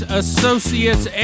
associates